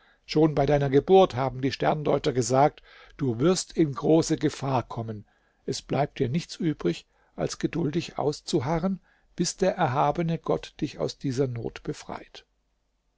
schon bei deiner geburt haben die sterndeuter gesagt du wirst in große gefahr kommen es bleibt dir nichts übrig als geduldig auszuharren bis der erhabene gott dich aus dieser not befreit